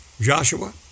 Joshua